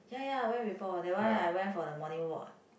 ya ya I went before that one I went for the morning walk